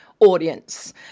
Audience